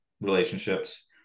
relationships